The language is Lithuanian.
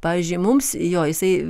pavyzdžiui mums jo jisai